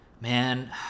Man